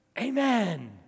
amen